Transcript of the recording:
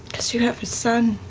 because you have a son.